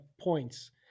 points